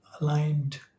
aligned